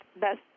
best